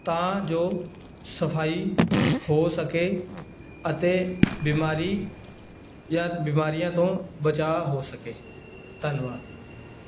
ਤਾਂ ਜੋ ਸਫਾਈ ਹੋ ਸਕੇ ਅਤੇ ਬਿਮਾਰੀ ਜਾਂ ਬਿਮਾਰੀਆਂ ਤੋਂ ਬਚਾਅ ਹੋ ਸਕੇ ਧੰਨਵਾਦ